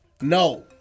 No